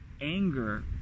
anger